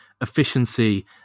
efficiency